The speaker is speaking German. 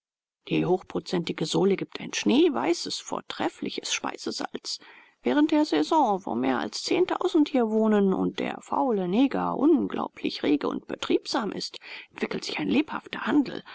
die hochprozentige sole gibt ein schneeweißes vortreffliches speisesalz während der saison wo mehr als zehntausend hier wohnen und der faule neger unglaublich rege und betriebsam ist entwickelt sich ein lebhafter handel